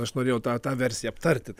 aš norėjau tą tą versiją aptarti